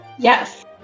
Yes